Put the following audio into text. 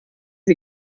sie